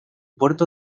puerto